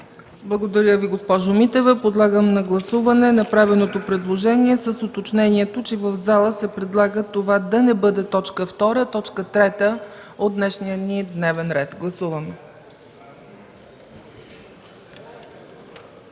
Благодаря, госпожо Митева. Подлагам на гласуване направеното предложение с уточнението, че в залата се предлага това да не бъде точка втора, а точка трета от днешния ни дневен ред. Гласуваме.